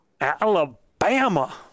Alabama